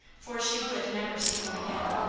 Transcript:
for she would never see him again.